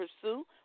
pursue